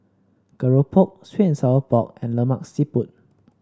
Keropok sweet and Sour Pork and Lemak Siput